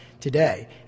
today